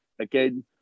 again